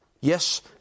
yes